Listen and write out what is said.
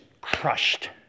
crushed